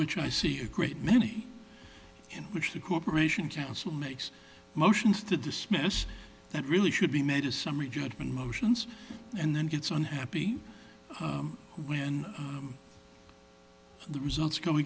which i see a great many in which the corporation council makes motions to dismiss that really should be made a summary judgment motions and then gets on happy when the results go